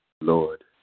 Lord